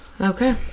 Okay